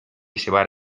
llevar